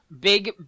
big